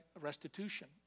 restitution